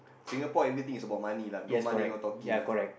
Singapore everything is about money lah no money no talking ah